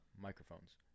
microphones